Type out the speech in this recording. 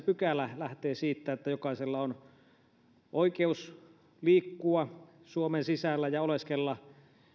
pykälä lähtee siitä että jokaisella on lähtökohtaisesti oikeus liikkua suomen sisällä ja oleskella